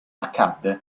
accadde